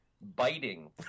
biting